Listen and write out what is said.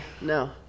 No